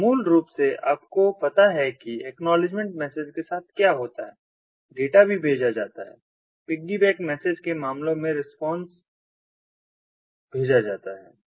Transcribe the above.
तो मूल रूप से आपको पता है कि एक्नॉलेजमेंट मैसेज के साथ क्या होता है डेटा भी भेजा जाता है पिग्गीबैक मैसेज के मामलों में भी रिस्पांस भेजा जाता है